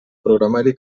programari